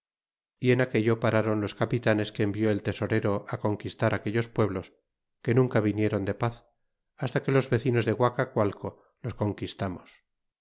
y en aquello pararon los capitanes que envió el tesorero á conquistar aquellos pueblos que nunca vinieron de paz hasta que los vecinos de guacacualco los conquistamos